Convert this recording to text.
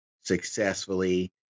successfully